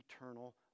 eternal